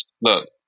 look